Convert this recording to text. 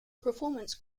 performance